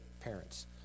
parents